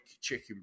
chicken